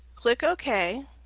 click ok,